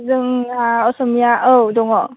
जोंना असमिया औ दङ